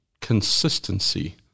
consistency